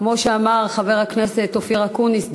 כמו שאמר חבר הכנסת אופיר אקוניס,